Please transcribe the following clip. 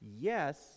Yes